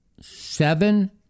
seven